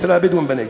אצל הבדואים בנגב.